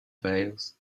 veils